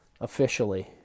Officially